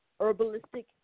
Herbalistic